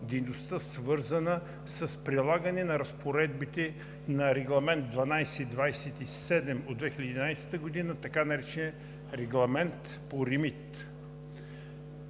свързана с прилагане на разпоредбите на Регламент 1227/2011 г. така наречения Регламент по REMIT.